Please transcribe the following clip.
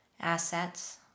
assets